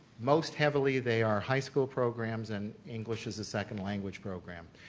most heavily they are high school programs and english as a second language program.